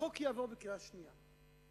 והחוק יעבור בקריאה שנייה.